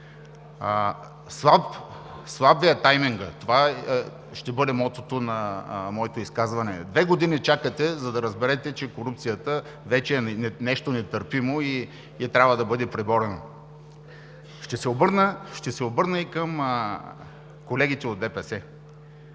Слаб Ви е таймингът. Това ще бъде мотото на моето изказване. Две години чакате, за да разберете, че корупцията вече е нещо нетърпимо и трябва да бъде преборено. Ще се обърна и към колегите от ДПС.